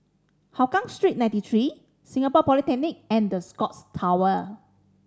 Hougang Street Ninety Three Singapore Polytechnic and The Scotts Tower